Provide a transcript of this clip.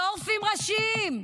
לא עורפים ראשים,